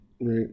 right